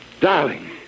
Darling